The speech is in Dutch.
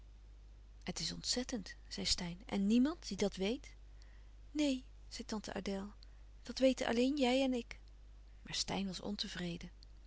het is ontzettend zei steyn en niemand die dat weet neen zei tante adèle dat weten alleen jij en ik maar steyn was ontevreden